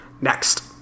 Next